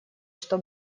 что